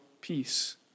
peace